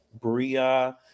Bria